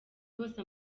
bose